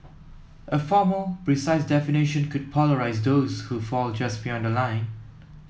a formal precise definition could polarise those who fall just beyond the line